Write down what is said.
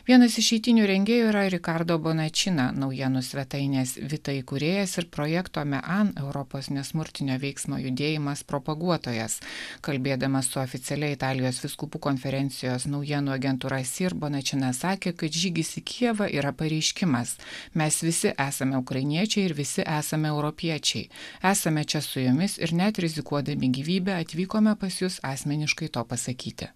vienas iš eitynių rengėjų yra rikardo bonačina naujienų svetainės vita įkūrėjas ir projekto mean europos nesmurtinio veiksmo judėjimas propaguotojas kalbėdamas su oficialia italijos vyskupų konferencijos naujienų agentūra sir bonačena sakė kad žygis į kijevą yra pareiškimas mes visi esame ukrainiečiai ir visi esame europiečiai esame čia su jumis ir net rizikuodami gyvybe atvykome pas jus asmeniškai to pasakyti